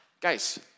Guys